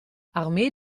armee